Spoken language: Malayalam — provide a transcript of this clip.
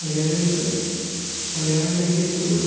മലയാളികൾക്ക് മലയാളം കഴിഞ്ഞെ എന്ത്മുള്ളു